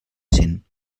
cent